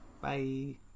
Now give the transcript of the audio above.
Bye